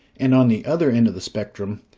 and on the other end of the spectrum,